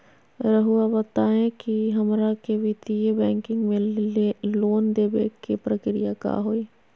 रहुआ बताएं कि हमरा के वित्तीय बैंकिंग में लोन दे बे के प्रक्रिया का होई?